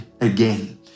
again